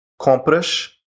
compras